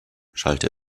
schallte